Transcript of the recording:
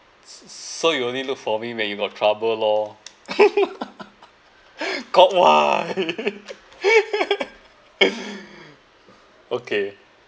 s~ so you only look for me when you got trouble lor Kok Wai okay